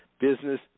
Business